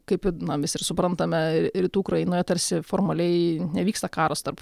kaip na mes ir suprantame rytų ukrainoje tarsi formaliai nevyksta karas tarp